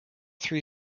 three